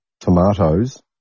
tomatoes